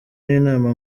n’inama